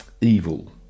evil